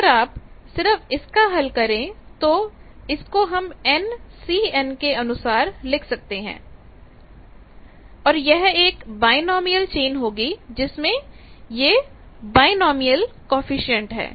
अगर आप सिर्फ इसका हल करें तो इसको हम NCn के अनुसार लिख सकते हैं और यह एक बायनॉमिनल चेन होगी जिसमें यह बायनॉमिनलकॉएफिशिएंट है